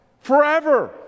forever